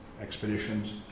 expeditions